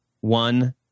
one